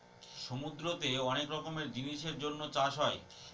সমুদ্রতে অনেক রকমের জিনিসের জন্য চাষ হয়